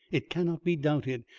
it cannot be doubted,